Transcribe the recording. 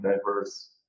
diverse